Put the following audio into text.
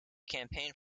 campaigned